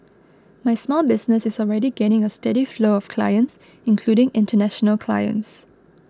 my small business is already gaining a steady flow of clients including international clients